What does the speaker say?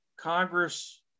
Congress